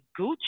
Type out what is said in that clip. Gucci